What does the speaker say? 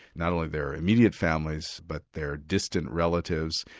not only their immediate families but their distant relatives.